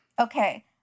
Okay